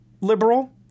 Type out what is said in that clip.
liberal